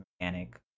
mechanic